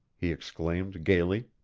he exclaimed, gayly.